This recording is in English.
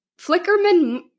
Flickerman